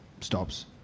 stops